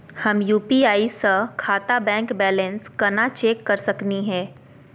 हम यू.पी.आई स खाता बैलेंस कना चेक कर सकनी हे?